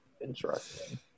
Interesting